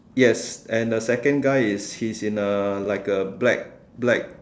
yes and the second guy is he is in like a black black